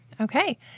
Okay